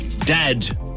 dad